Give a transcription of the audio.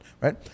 right